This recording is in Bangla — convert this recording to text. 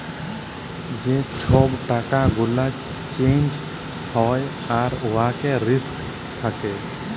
যে ছব টাকা গুলা চ্যাঞ্জ হ্যয় আর উয়ার রিস্ক থ্যাকে